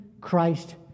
Christ